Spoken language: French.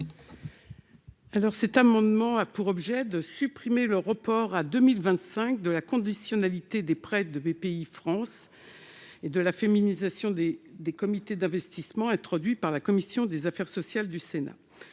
Monge. Cet amendement a pour objet de supprimer le report à 2025 de la conditionnalité des prêts de Bpifrance et de la féminisation des comités d'investissement, introduit par la commission des affaires sociales du Sénat.